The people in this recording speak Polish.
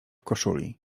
koszuli